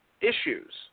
issues